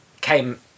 came